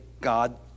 God